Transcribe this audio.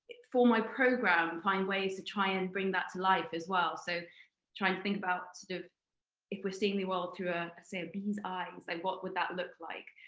for my program, find ways to try and bring that to life as well, so try and think about, sort of if we're seeing the world through, ah ah say, a bee's eyes, like what would that look like?